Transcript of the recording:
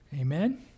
Amen